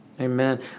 Amen